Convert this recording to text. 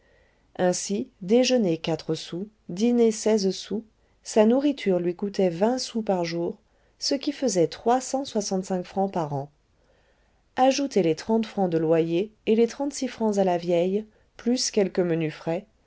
ainsi déjeuner quatre sous dîner seize sous sa nourriture lui coûtait vingt sous par jour ce qui faisait trois cent soixante-cinq francs par an ajoutez les trente francs de loyer et les trente-six francs à la vieille plus quelques menus frais